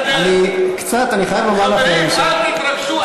אני קצת, אני חייב לומר לכם, חברים, אל תתרגשו.